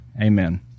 Amen